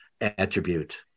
attribute